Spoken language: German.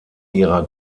ihrer